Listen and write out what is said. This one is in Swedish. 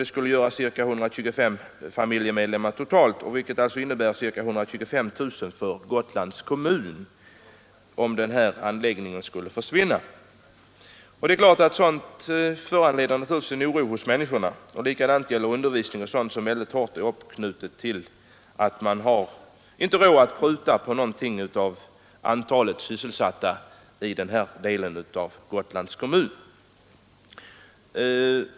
Det gör att ca 125 familjemedlemmar totalt är berörda, vilket skulle innebära ca 125 000 kronor mindre för Gotlands kommun om den här anläggningen skulle försvinna. Sådant föranleder naturligtvis oro hos människorna — detsamma gäller undervisningen och annat som är mycket hårt bundet vid folkmängden — och därför har man inte råd att pruta på antalet sysselsatta i den här delen av Gotlands kommun.